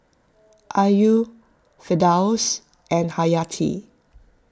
Ayu Firdaus and Hayati